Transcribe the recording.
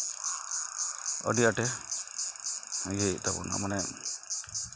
ᱟᱹᱰᱤ ᱟᱸᱴᱮ ᱤᱭᱟᱹᱭᱮᱫ ᱛᱟᱵᱚᱱᱟ ᱢᱟᱱᱮ